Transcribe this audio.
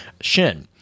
Shin